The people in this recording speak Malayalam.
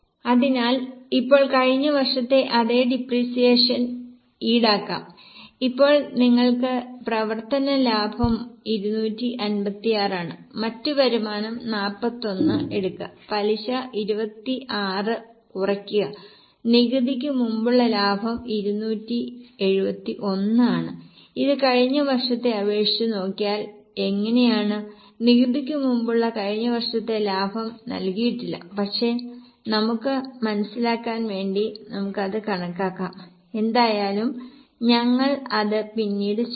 അതിനാൽ ഇപ്പോൾ കഴിഞ്ഞ വർഷത്തെ അതേ ഡിപ്രീസിയേഷൻ ഈടാക്കാം ഇപ്പോൾ നിങ്ങൾക്ക് പ്രവർത്തന ലാഭം 256 ആണ് മറ്റ് വരുമാനം 41 എടുക്കുക പലിശ 26 കുറക്കുക നികുതിക്ക് മുമ്പുള്ള ലാഭം 271 ആണ് ഇത് കഴിഞ്ഞ വർഷത്തെ അപേക്ഷിച്ച് നോക്കിയാൽ എങ്ങനെയാണ് നികുതിക്ക് മുമ്പുള്ള കഴിഞ്ഞ വർഷത്തെ ലാഭം നൽകിയിട്ടില്ല പക്ഷേ നമുക്ക് മനസിലാക്കാൻ വേണ്ടി നമുക്ക് അത് കണക്കാക്കാം എന്തായാലും ഞങ്ങൾ അത് പിന്നീട് ചെയ്യും